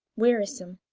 wearisome,